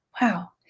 wow